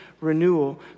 renewal